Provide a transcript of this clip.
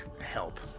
help